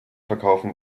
verkaufen